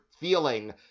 feeling